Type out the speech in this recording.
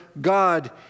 God